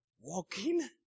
walking